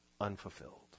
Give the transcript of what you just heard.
unfulfilled